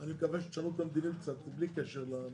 ואני מקווה שתשנו את המדיניות קצת, בלי קשר למינוי